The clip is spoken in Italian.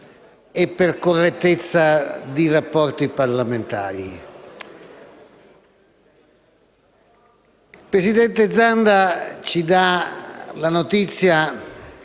e correttezza di rapporti parlamentari.